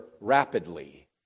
rapidly